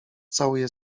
całuje